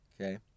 okay